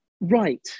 right